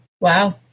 Wow